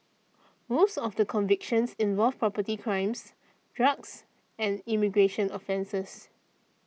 most of the convictions involved property crimes drugs and immigration offences